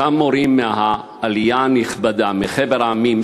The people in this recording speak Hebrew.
אותם מורים מהעלייה הנכבדה מחבר המדינות,